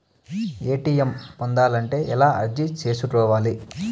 ATM పొందాలంటే ఎలా అర్జీ సేసుకోవాలి?